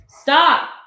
Stop